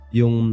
yung